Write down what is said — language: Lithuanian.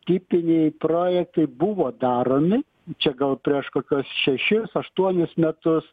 tipiniai projektai buvo daromi čia gal prieš kokiuos šešis aštuonis metus